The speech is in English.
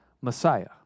Messiah